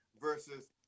versus